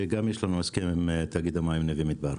וגם יש לנו הסכם עם תאגיד המים נווה מדבר.